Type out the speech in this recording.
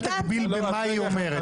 אל תגביל במה היא אומרת.